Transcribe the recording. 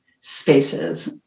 spaces